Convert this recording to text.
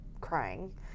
crying